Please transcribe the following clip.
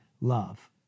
love